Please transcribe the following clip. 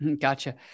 Gotcha